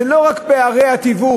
זה לא רק פערי התיווך,